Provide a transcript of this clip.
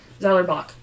Zellerbach